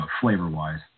flavor-wise